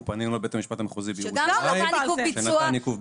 אנחנו פנינו לבית המשפט המחוזי בירושלים שנתן עיכוב ביצוע ארעי.